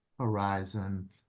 horizon